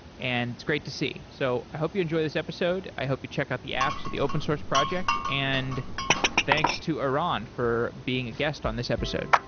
and it's great to see. so i hope you enjoy this episode. i hope you check out the apps at the open-source project, and thanks to aran for being a guest on this episode.